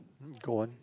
go on